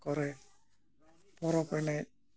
ᱠᱚᱨᱮ ᱯᱚᱨᱮᱵᱽ ᱮᱱᱮᱡ